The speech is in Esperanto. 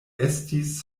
estis